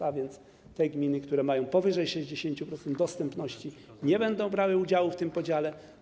Zatem te gminy, które mają powyżej 60% dostępności, nie będą brały udziału w tym podziale.